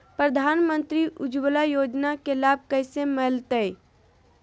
प्रधानमंत्री उज्वला योजना के लाभ कैसे मैलतैय?